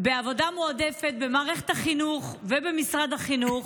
בעבודה מועדפת במערכת החינוך ובמשרד החינוך